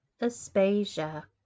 Aspasia